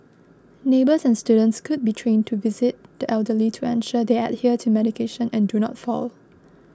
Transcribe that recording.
neighbours and students could be trained to visit the elderly to ensure they adhere to medication and do not fall